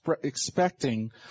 expecting